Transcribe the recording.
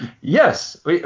yes